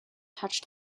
touched